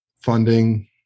funding